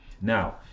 Now